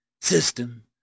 system